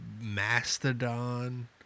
mastodon